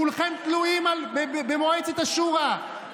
כולכם תלויים במועצת השורא,